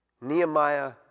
Nehemiah